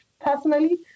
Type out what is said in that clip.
personally